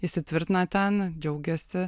įsitvirtina ten džiaugiasi